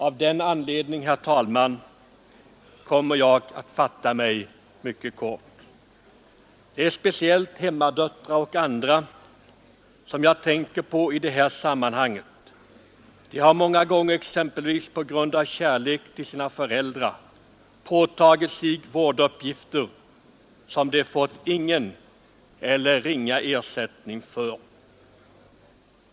Av den anledningen kommer jag att fatta mig mycket kort. Det är hemmadöttrarna och andra som jag tänker på i det här sammanhanget. De har många gånger exempelvis på grund av kärlek till sina föräldrar påtagit sig vårduppgifter som de fått ingen eller ringa ersättning för.